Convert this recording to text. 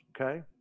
okay